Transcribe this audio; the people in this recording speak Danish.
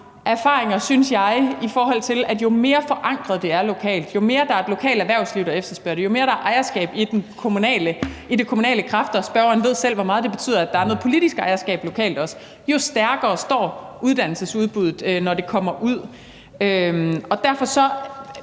at sige, at jo mere forankret, det er lokalt, jo mere, der er et lokalt erhvervsliv, der efterspørger det, jo mere, der er ejerskab i de kommunale kræfter – spørgeren ved selv, hvor meget det betyder,